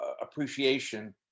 appreciation